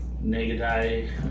Negative